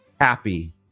happy